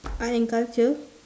art and culture